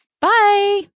Bye